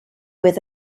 with